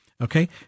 Okay